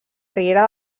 riera